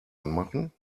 anmachen